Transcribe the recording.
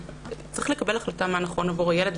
צריך לקבל החלטה מה נכון עבור הילד,